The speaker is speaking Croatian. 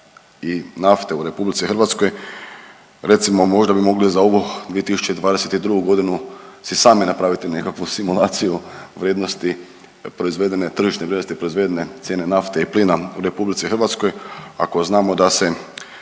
i nafte u Republici Hrvatskoj, recimo možda bi mogli za ovu 2022. godinu si sami napraviti nekakvu simulaciju vrijednosti proizvedene, tržišne vrijednosti proizvedene cijene nafte i plina u RH ako znamo da se